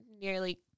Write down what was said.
nearly